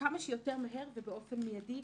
כמה שיותר מהר ובאופן מיידי.